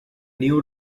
new